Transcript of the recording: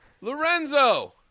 Lorenzo